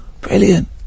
brilliant